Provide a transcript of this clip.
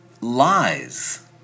lies